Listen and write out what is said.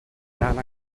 ran